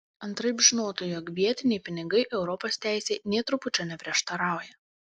antraip žinotų jog vietiniai pinigai europos teisei nė trupučio neprieštarauja